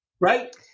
Right